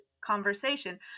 conversation